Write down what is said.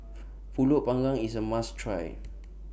Pulut Panggang IS A must Try